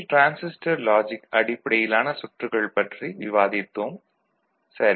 transistor logic அடிப்படையிலான சுற்றுகள் பற்றி விவாதித்தோம் சரி